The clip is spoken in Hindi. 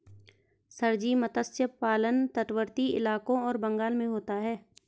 सर जी मत्स्य पालन तटवर्ती इलाकों और बंगाल में होता है